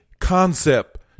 concept